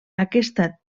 aquesta